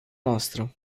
noastră